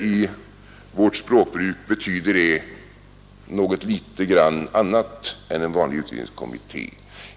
I vårt språkbruk betyder det något annat än en vanlig utredningskommitté.